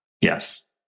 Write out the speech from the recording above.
Yes